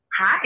Hi